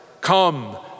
Come